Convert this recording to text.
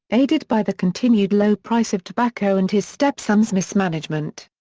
aided by the continued low price of tobacco and his stepson's mismanagement.